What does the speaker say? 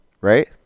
right